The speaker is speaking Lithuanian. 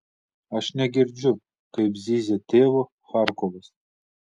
aš negirdžiu kaip zyzia tėvo charkovas